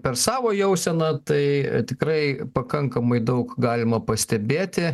per savo jauseną tai tikrai pakankamai daug galima pastebėti